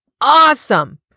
awesome